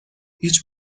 هیچ